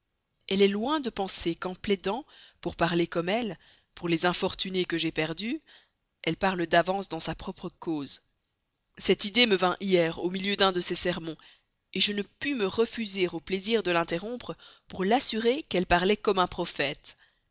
elle est loin de penser qu'en plaidant pour parler comme elle pour les infortunées que j'ai perdues elle parle d'avance dans sa propre cause cette idée me vint hier au milieu d'un de ses sermons je ne pus me refuser au plaisir de l'interrompre pour l'assurer qu'elle parlait comme un prophète